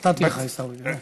נתתי לך, עיסאווי.